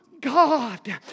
God